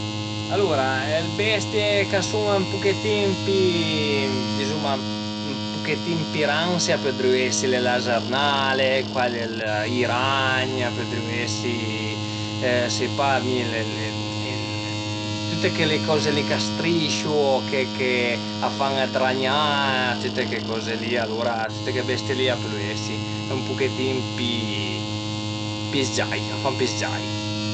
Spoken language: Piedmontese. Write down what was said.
Alura le bestie ch'a sun ën puchetin pi dizuma ën puchetin pi ransi a pudrìu esi le lazernale, i ragn, a pudrìu esi sai pa mi tüte che coze li ch'ìa strisciu o che a fan dë ragnà, tüte che coze li alura tüte che bestie a pölu esi ën pichetin pi s-giai, a fan pi s-giai